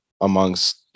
amongst